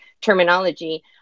terminology